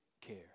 care